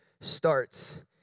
starts